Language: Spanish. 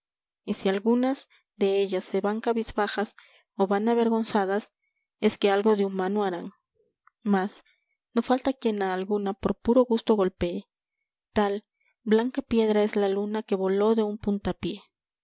si algunas de ellas se van cabizbajas o van avergonzadas es que algo de humano harán más no falta quien a alguna por puro gusto golpee tal blanca piedra es la luna que voló de un puntapié